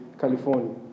California